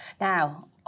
Now